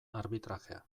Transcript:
arbitrajea